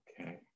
Okay